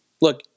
Look